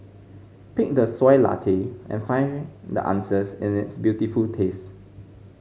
pick the Soy Latte and find the answers in its beautiful taste